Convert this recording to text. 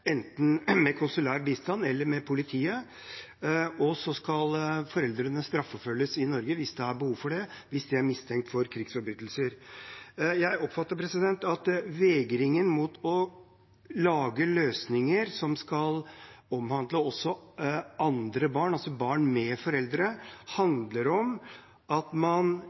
enten med konsulær bistand eller med politiet, og så skal foreldrene straffeforfølges i Norge hvis det er behov for det, hvis de er mistenkt for krigsforbrytelser. Jeg oppfatter at vegringen mot å lage løsninger som skal omhandle også andre barn, altså barn med foreldre, handler om at man